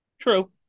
True